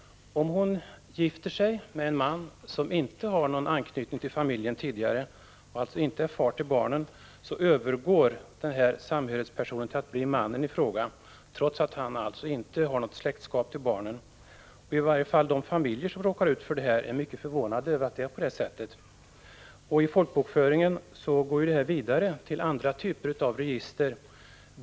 Om hon gifter sig med en man som inte har någon anknytning till familjen tidigare, alltså inte är far till barnen, övergår funktionen att vara samhörighetsperson till mannen i fråga, trots att han alltså inte har något släktskap med barnen. I varje fall i familjer som råkar ut för det här är man mycket förvånad över att det är på det sättet. Från folkbokföringen går uppgifter vidare till andra typer av register.